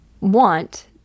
want